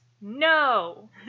no